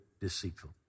deceitful